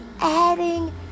adding